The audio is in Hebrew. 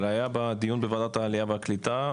אבל היה בדיון בוועדת העלייה והקליטה,